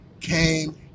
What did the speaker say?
came